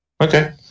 Okay